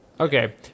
Okay